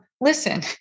listen